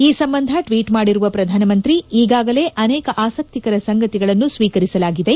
ಈ ಸಂಬಂಧ ಟ್ವೀಟ್ ಮಾಡಿರುವ ಪ್ರಧಾನಮಂತ್ರಿ ಈಗಾಗಲೇ ಅನೇಕ ಆಸಕ್ತಿಕರ ಸಂಗತಿಗಳನ್ನು ಸ್ವೀಕಾರ ಮಾಡಲಾಗಿದೆ